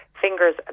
fingers